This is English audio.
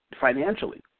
financially